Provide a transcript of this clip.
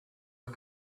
and